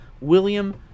william